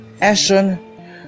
action